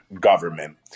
government